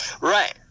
Right